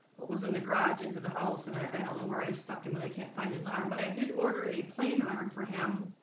what was in the garage into the house? and i don't know where i stuck him and i can't find his arm but i did order a plane arm for him